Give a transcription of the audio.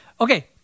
Okay